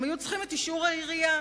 הם היו צריכים את אישור העירייה,